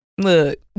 Look